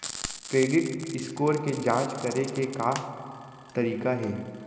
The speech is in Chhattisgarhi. क्रेडिट स्कोर के जाँच करे के का तरीका हे?